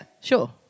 sure